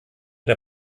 der